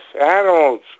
animals